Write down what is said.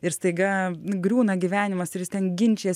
ir staiga griūna gyvenimas ir jis ten ginčijas